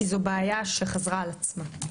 כי זו בעיה שחזרה על עצמה.